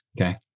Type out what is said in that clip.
okay